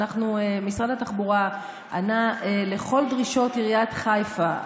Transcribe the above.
משרד התחבורה ענה על כל דרישות עיריית חיפה.